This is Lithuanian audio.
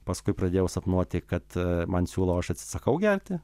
paskui pradėjau sapnuoti kad man siūlo o aš atsisakau gerti